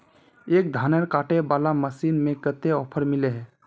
एक धानेर कांटे वाला मशीन में कते ऑफर मिले है?